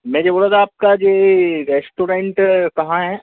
मैं जो बोला आपका जी रेस्टोरेन्ट कहाँ है